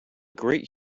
great